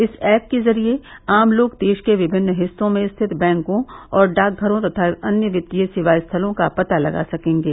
इस एप के जरिए आम लोग देश के विभिन्न हिस्सों में स्थित बैंकों और डांकघरों तथा अन्य वित्तीय सेवा स्थलों का पता लगा सकेंगे